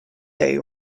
day